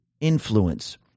influence